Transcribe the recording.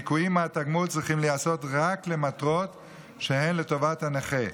הניכויים מהתגמול צריכים להיעשות רק למטרות שהן לטובת הנכה,